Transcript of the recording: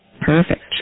Perfect